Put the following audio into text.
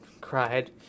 cried